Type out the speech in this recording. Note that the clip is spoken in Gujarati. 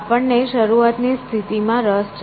આપણને શરૂઆતની સ્થિતિમાં રસ છે